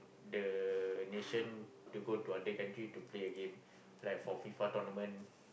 the nation to go to other country to play a game like for F_I_F_A tournament